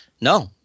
No